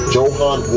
Johan